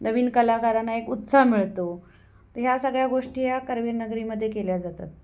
नवीन कलाकारांना एक उत्साह मिळतो तर ह्या सगळ्या गोष्टी ह्या करवीर नगरीमध्ये केल्या जातात